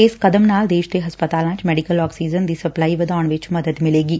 ਇਸ ਕਦਮ ਨਾਲ ਦੇਸ਼ ਦੇ ਹਸਪਤਾਲਾਂ ਚ ਮੈਡੀਕਲ ਆਕਸੀਜਨ ਦੀ ਸਪਲਾਈ ਵਧਾਉਣ ਵਿਚ ਮਦਦ ਮਿਲੇਗੀ